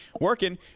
working